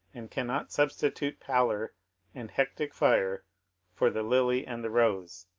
and cannot substitute pallor and hectic fire for the lily and the rose.